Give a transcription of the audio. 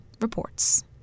reports